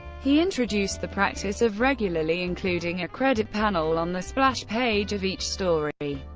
he introduced the practice of regularly including a credit panel on the splash page of each story,